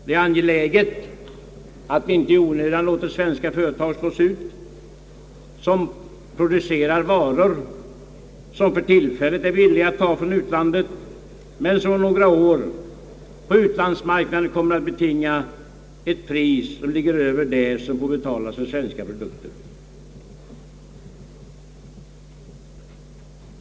Det är angeläget att inte i onödan låta svenska företag slås ut, som producerar varor som för tillfället är billiga att ta från utlandet men som om några år på utlandsmarknaden kommer att betinga ett pris, som ligger över det som betalas för svenska produkter.